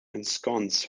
ensconce